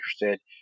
interested